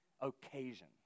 occasion